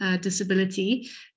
disability